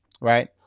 right